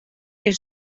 kin